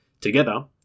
Together